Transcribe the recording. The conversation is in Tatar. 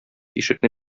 ишекне